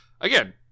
again